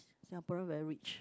Singaporean very rich